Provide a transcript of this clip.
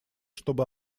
чтобы